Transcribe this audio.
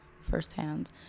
firsthand